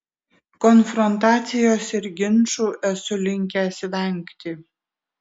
konfrontacijos ir ginčų esu linkęs vengti